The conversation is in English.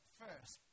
first